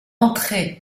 entrée